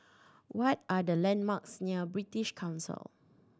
what are the landmarks near British Council